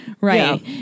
Right